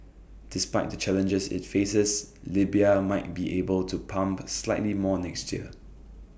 despite the challenges IT faces Libya might be able to pump slightly more next year